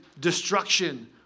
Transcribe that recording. destruction